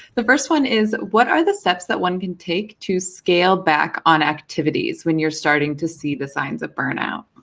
the first one is what are the steps that one can take to scale back on activities when you're starting to see the signs of burn-out?